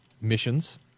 Missions